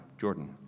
Jordan